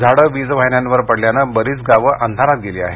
झाडं वीज वाहिन्यांवर पडल्यानं बरीच गाव अंधारात गेली आहेत